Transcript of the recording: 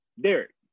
Derek